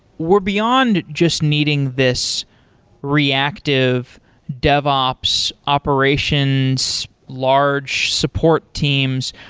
we're beyond just needing this reactive dev ops operations large support teams.